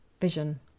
vision